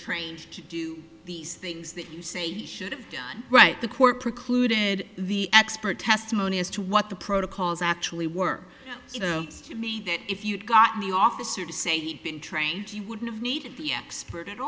trained to do these things that you say you should have done right the corporate clued in the expert testimony as to what the protocols actually were to me that if you'd got me officer to say he'd been trained you wouldn't have needed the expert at